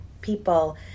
people